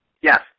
Yes